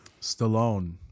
Stallone